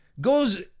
goes